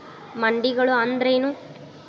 ಮಂಡಿಗಳು ಅಂದ್ರೇನು?